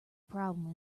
problem